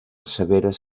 severes